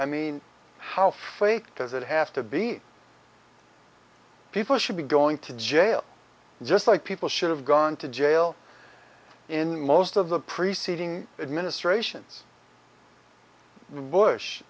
i mean how fake does it have to be people should be going to jail just like people should have gone to jail in most of the preceding administration